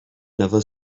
never